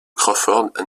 crawford